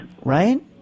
Right